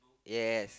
ya